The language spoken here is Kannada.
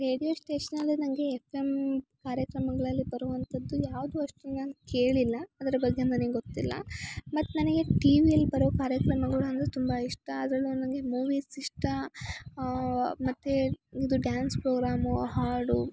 ರೇಡಿಯೋ ಸ್ಟೇಷ್ನಲ್ಲಿ ನಂಗೆ ಎಫ್ ಎಮ್ ಕಾರ್ಯಕ್ರಮಗಳಲ್ಲಿ ಬರುವಂಥದ್ದು ಯಾವುದು ಅಷ್ಟು ನಾನು ಕೇಳಿಲ್ಲ ಅದ್ರ ಬಗ್ಗೆ ನನಗ್ ಗೊತ್ತಿಲ್ಲ ಮತ್ತು ನನಗೆ ಟಿ ವಿಯಲ್ಲಿ ಬರೋ ಕಾರ್ಯಕ್ರಮಗಳು ಅಂದರೆ ತುಂಬ ಇಷ್ಟ ಅದರಲ್ಲೂ ನಂಗೆ ಮೂವೀಸ್ ಇಷ್ಟ ಮತ್ತು ಇದು ಡ್ಯಾನ್ಸ್ ಪ್ರೋಗ್ರಾಮು ಹಾಡು